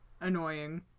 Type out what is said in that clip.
annoying